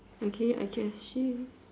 okay I can see